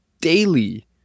daily